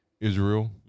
Israel